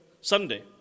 Sunday